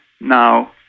Now